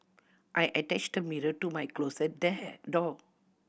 I attached the mirror to my closet dare door